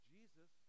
Jesus